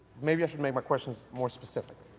maybe i should make my questions more specific.